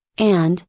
and,